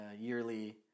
yearly